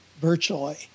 virtually